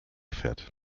fährt